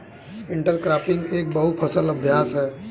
intercropping एक बहु फसल अभ्यास है